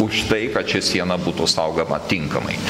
už tai kad ši siena būtų saugoma tinkamai